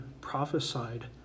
prophesied